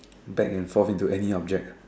back and forth into any object